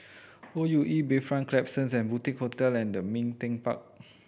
O U E Bayfront Klapsons The Boutique Hotel and Ming Teck Park